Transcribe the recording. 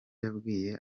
yabwiye